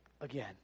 again